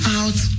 out